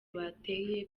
bateye